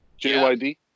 JYD